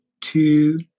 two